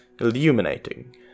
illuminating